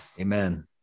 Amen